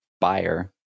buyer